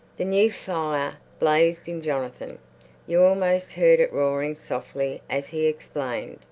the new fire blazed in jonathan you almost heard it roaring softly as he explained,